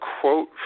quote